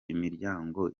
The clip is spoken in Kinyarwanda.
imiryango